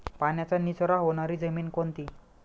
पाण्याचा निचरा होणारी जमीन कोणती?